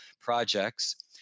projects